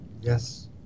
Yes